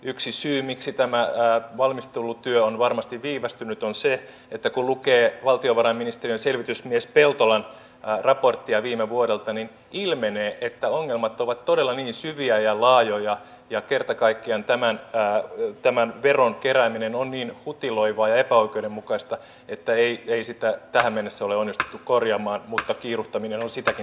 yksi syy miksi tämä valmistelutyö on varmasti viivästynyt on se että kun lukee valtiovarainministeriön selvitysmies peltolan raporttia viime vuodelta niin ilmenee että ongelmat ovat todella niin syviä ja laajoja ja kerta kaikkiaan tämän veron kerääminen on niin hutiloivaa ja epäoikeudenmukaista että ei sitä tähän mennessä ole onnistuttu korjaamaan mutta kiiruhtaminen on sitäkin tärkeämpää